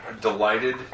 delighted